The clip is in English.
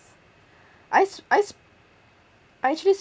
ice ice I actually